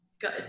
Good